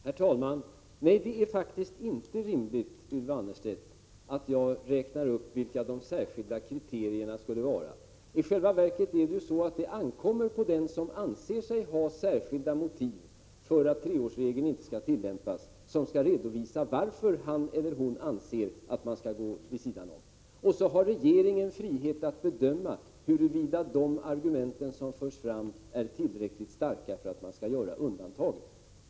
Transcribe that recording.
Herr talman! Nej, Ylva Annerstedt, det är faktiskt inte rimligt att jag räknar upp vilka de särskilda kriterierna skulle vara. Det ankommer i själva verket på den som anser sig ha särskilda motiv för att treårsregeln inte skall tillämpas att redovisa vilka dessa motiv är. Regeringen har sedan frihet att bedöma huruvida de argument som förs fram är tillräckligt starka för att man skall göra undantag.